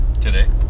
today